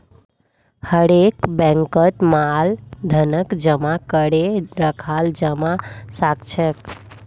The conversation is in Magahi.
हरेक बैंकत मांग धनक जमा करे रखाल जाबा सखछेक